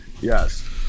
Yes